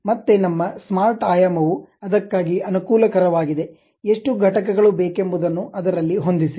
ಮತ್ತೆ ನಮ್ಮ ಸ್ಮಾರ್ಟ್ ಆಯಾಮ ವು ಅದಕ್ಕಾಗಿ ಅನುಕೂಲಕರವಾಗಿದೆ ಎಷ್ಟು ಘಟಕಗಳು ಬೇಕೆಂಬುದನ್ನು ಅದರಲ್ಲಿ ಹೊಂದಿಸಿ